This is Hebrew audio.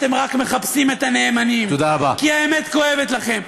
אתם רק מחפשים את הנאמנים, כי האמת כואבת לכם.